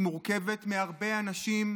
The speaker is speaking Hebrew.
היא מורכבת מהרבה אנשים,